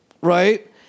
right